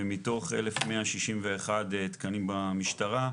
ומתוך 1,161 תקנים במשטרה,